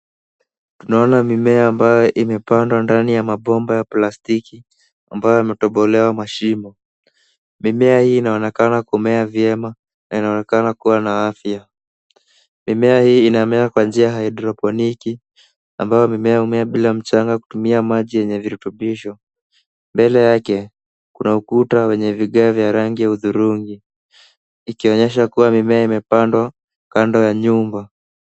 Tunaona mimea ambayo imepandwa ndani ya mabomba ya plastiki ambayo yametobolewa mashimo. Mimea hii inaonekana kumea vyema na inaonekana kuwa na afya. Mimea hii inamea kwa njia ya haidroponiki ambayo mimea humea bila mchanga kutumia maji yenye virutubisho. Mbele yake kuna ukuta wenye vigae vya rangi ya hudhurungi ikionyesha kuwa mimea imepandwa kando ya nyumba.